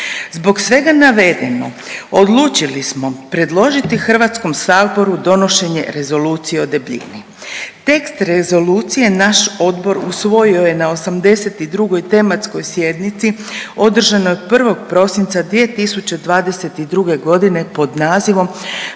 Zbog svega navedenog odlučili smo predložiti HS-u donošenje Rezolucije o debljini. Tekst rezolucije naš odbor usvojio je na 82. tematskoj sjednici održanoj 1. prosinca 2022.g. pod nazivom